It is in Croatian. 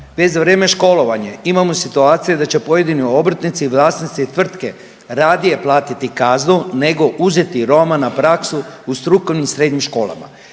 za vrijeme školovanja imamo situacije da će pojedini obrtnici i vlasnici tvrtke radije platiti kaznu nego uzeti Roma na praksu u strukovnim srednjim školama.